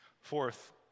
Fourth